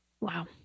Wow